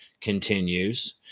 continues